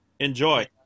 Enjoy